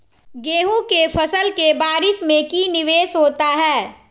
गेंहू के फ़सल के बारिस में की निवेस होता है?